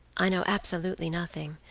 i know absolutely nothing.